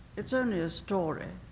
it's only a story.